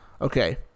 Okay